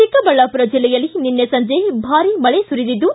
ಚಿಕ್ಕಬಳ್ಳಾಪುರ ಜಿಲ್ಲೆಯಲ್ಲಿ ನಿನ್ನೆ ಸಂಜೆ ಭಾರಿ ಮಳೆ ಸುರಿದಿದ್ದು